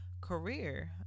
career